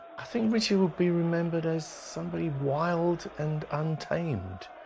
i think ritchie will be remembered as somebody wild and untamed